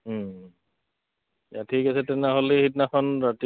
এ ঠিক আছে তেনেহ'লে সেইদিনাখন ৰাতি